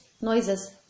noises